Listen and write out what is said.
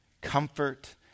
comfort